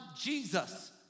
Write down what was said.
Jesus